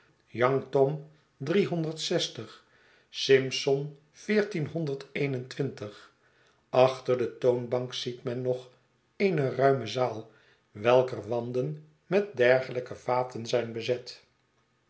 simson achter de toonbank ziet men nog eene ruime zaal welker wanden met dergeiijke vaten zijn bezet